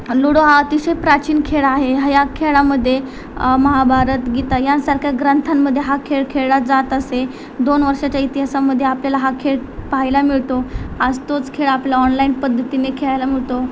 ludo हा अतिशय प्राचीन खेळ आहे हा ह्या खेळामध्ये महाभारत गीता यांसारख्या ग्रंथांमध्ये हा खेळ खेळला जात असे दोन वर्षांच्या इतिहासामध्ये आपल्याला हा खेळ पाहायला मिळतो आज तोच खेळ आपला ऑनलाईन पद्धतीने खेळायला मिळतो